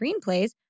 screenplays